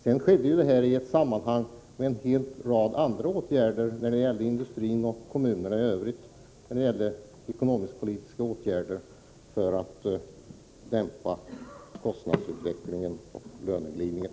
Sedan vill jag framhålla att de beslutade åtgärderna har vidtagits i samband med en hel rad andra åtgärder när det gäller industrin och kommunerna — ekonomisk-politiska åtgärder för att dämpa kostnadsutvecklingen och löneglidningen.